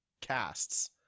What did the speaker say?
casts